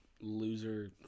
loser